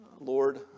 Lord